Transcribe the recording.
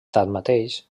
tanmateix